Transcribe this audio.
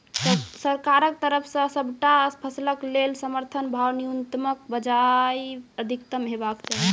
सरकारक तरफ सॅ सबटा फसलक लेल समर्थन भाव न्यूनतमक बजाय अधिकतम हेवाक चाही?